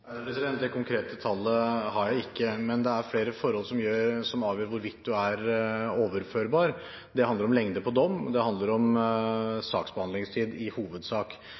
Det konkrete tallet har jeg ikke. Men det er flere forhold som avgjør hvorvidt du er overførbar. Det handler om lengde på dom, og det handler om saksbehandlingstid – i hovedsak.